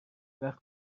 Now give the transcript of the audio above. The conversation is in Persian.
وقت